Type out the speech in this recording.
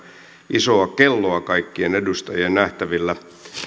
isoa kelloa kaikkien edustajien nähtävillä